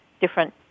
different